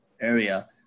area